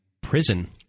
prison